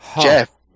Jeff